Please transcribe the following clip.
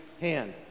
hand